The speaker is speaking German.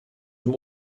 dem